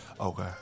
Okay